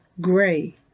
gray